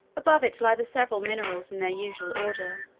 above it lie the several minerals in their usual order,